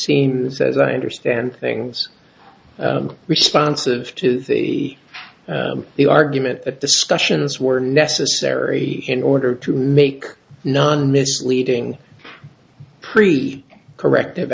seems as i understand things responsive to the the argument that discussions were necessary in order to make non misleading pre corrective